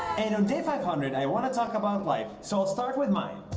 and on day five hundred, i want to talk about life. so i'll start with mine.